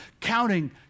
counting